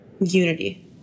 unity